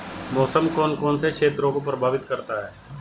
मौसम कौन कौन से क्षेत्रों को प्रभावित करता है?